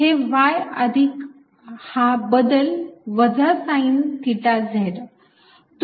हे y अधिक हा बदल वजा साईन थिटा Z